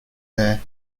there